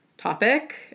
topic